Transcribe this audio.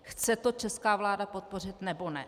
Chce to česká vláda podpořit, nebo ne?